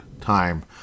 time